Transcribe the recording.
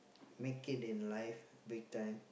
make it in life big time